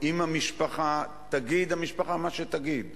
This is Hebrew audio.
תגיד המשפחה מה שתגיד,